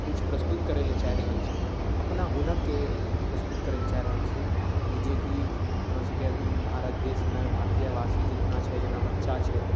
किछु प्रस्तुत करै लए चाहि रहल छी अपना हुनरके प्रस्तुत करै लए चाहि रहल छी की जेकि अपना सबके भारत देशमे भारतीय आवासी जितना छै जेना बच्चा छै